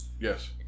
Yes